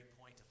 point